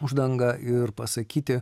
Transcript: uždangą ir pasakyti